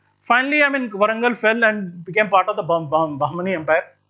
finally i mean warangal fell and became part of the but but um bahmani and but